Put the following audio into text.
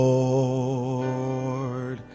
Lord